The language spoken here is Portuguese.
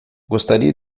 gostaria